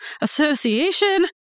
association